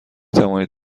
توانید